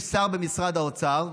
יש שר במשרד האוצר,